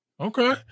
Okay